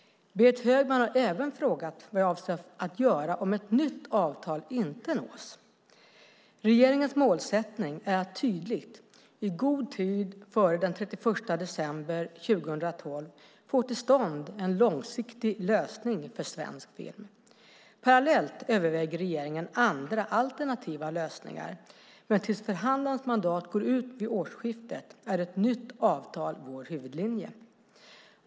Berit Högman har även frågat vad jag avser att göra om ett nytt avtal inte nås. Regeringens målsättning är tydlig: att i god tid före den 31 december 2012 få till stånd en långsiktig lösning för svensk film. Parallellt överväger regeringen andra, alternativa, lösningar men tills förhandlarens mandat går ut vid årsskiftet är ett nytt avtal vår huvudlinje.